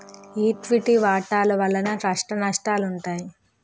equity వాటాల వలన కష్టనష్టాలుంటాయి